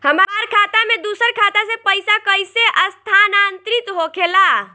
हमार खाता में दूसर खाता से पइसा कइसे स्थानांतरित होखे ला?